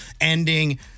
ending